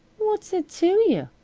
what's it to you?